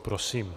Prosím.